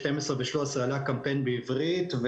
12 ו-13 עלה קמפיין בעברית,